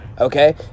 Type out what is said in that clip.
Okay